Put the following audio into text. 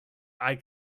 eye